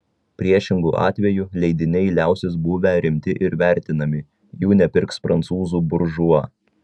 priešingu atveju leidiniai liausis buvę rimti ir vertinami jų nepirks prancūzų buržua